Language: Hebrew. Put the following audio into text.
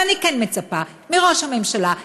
אבל אני כן מצפה מראש הממשלה,